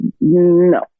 no